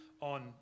on